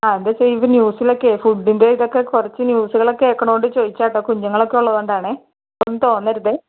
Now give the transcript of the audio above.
ആ ഇത് ന്യൂസിലൊക്കെയെ ഫുഡിൻ്റെ ഇതൊക്കെ കുറച്ച് ന്യൂസുകളൊക്കെ കേൾക്കുന്നത് കൊണ്ട് ചോദിച്ചതാട്ടോ കുഞ്ഞുങ്ങളൊക്കെ ഉള്ളത് കൊണ്ടാണെ ഒന്നും തോന്നരുതേ